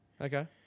okay